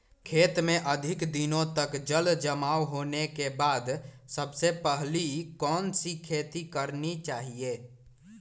खेत में अधिक दिनों तक जल जमाओ होने के बाद सबसे पहली कौन सी खेती करनी चाहिए?